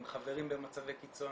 עם חברים במצבי קיצון,